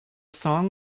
song